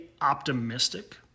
optimistic